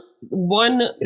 one